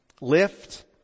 Lift